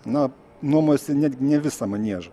na nuomojasi netgi ne visą maniežą